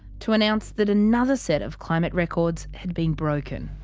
to announce that another set of climate records had been broken.